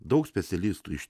daug specialistų iš